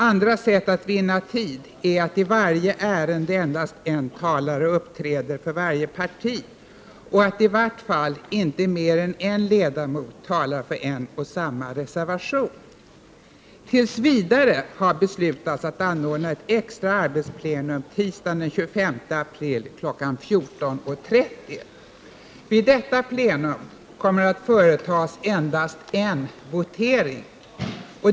Andra sätt att vinna tid är att i varje ärende endast en talare uppträder för varje parti och att i vart fall inte mer än en ledamot talar för en och samma reservation. Tills vidare har beslutats att anordna ett extra arbetsplenum tisdagen den 25 april kl. 14.30. Vid detta plenum kommer att företas endast en votering.